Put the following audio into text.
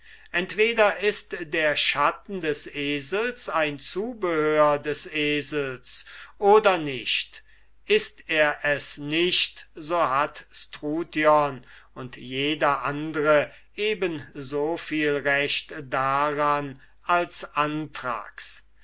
entweder ist der schatten des esels ein teil und zubehör des esels oder nicht ist er es nicht so hat struthion und jeder andre eben so viel recht daran als